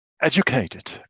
educated